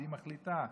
והיא מחליטה,